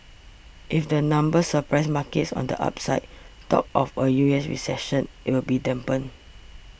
if the numbers surprise markets on the upside talk of a U S recession will be dampened